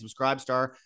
Subscribestar